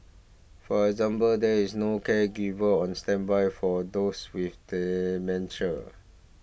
for example there is no caregiver on standby for those with dementia